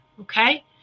okay